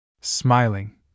Smiling